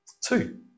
Two